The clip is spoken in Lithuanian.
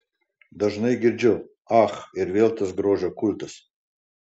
dažnai girdžiu ach ir vėl tas grožio kultas